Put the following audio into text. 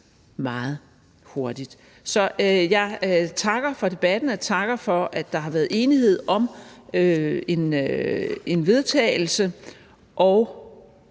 meget hurtigt. Så jeg takker for debatten, og jeg takker for, at der har været enighed om en vedtagelse, og